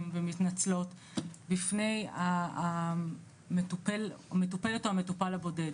ומתנצלות בפני המטופלת או המטופל הבודד.